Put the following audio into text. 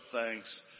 thanks